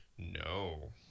No